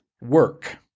work